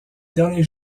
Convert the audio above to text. derniers